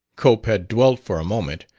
cope had dwelt, for a moment,